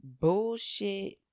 bullshit